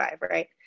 right